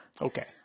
Okay